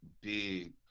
big